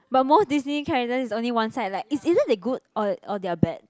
but most Disney characters is only one side like it's either they good or or they are bad